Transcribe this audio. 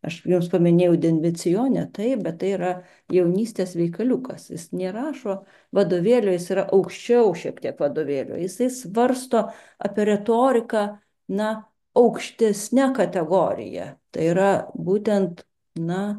aš juos paminėjau denvicione taip bet tai yra jaunystės veikaliukas jis nerašo vadovėlio jis yra aukščiau šiek tiek vadovėlio jisai svarsto apie retoriką na aukštesne kategorija tai yra būtent na